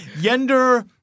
Yender